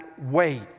wait